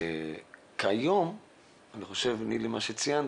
אני חושב שכיום כפי שציינת,